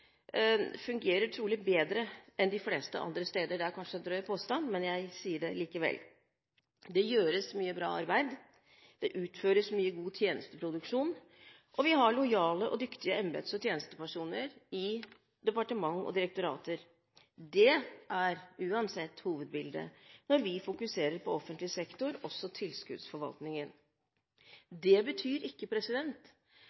fungerer trolig bedre enn offentlig forvaltning de fleste andre steder. Det er kanskje en drøy påstand – jeg sier det likevel. Det gjøres mye bra arbeid. Det utføres mye god tjenesteproduksjon. Vi har lojale og dyktige embets- og tjenestepersoner i departementer og direktorater. Det er uansett hovedbildet når vi fokuserer på offentlig sektor